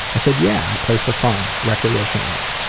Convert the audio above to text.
i said, yeah, i play for fun, recreationally'.